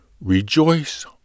rejoice